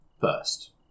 first